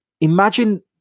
imagine